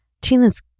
tina's